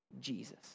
Jesus